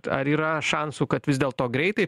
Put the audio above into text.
ar yra šansų kad vis dėlto greitai